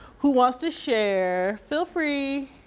who wants to share? feel free.